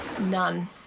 None